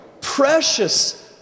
precious